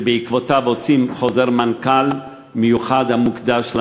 שהוציא חוזר מנכ"ל מיוחד המוקדש לנושא.